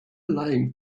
laying